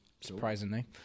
surprisingly